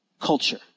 culture